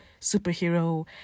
superhero